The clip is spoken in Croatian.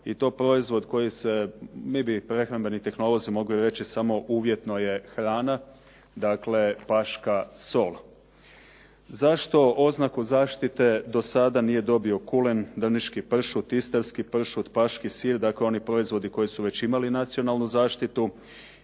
i to proizvod koji se, mi bi prehrambeni tehnolozi mogli reći samo uvjetno je hrana, dakle paška sol. Zašto oznaku zaštite do sada nije dobio kulen, drniški pršut, istarski pršut, paški sir, dakle oni proizvodi koji su već imali nacionalnu zaštitu